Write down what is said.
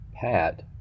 Pat